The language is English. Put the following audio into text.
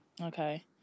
Okay